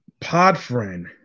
Podfriend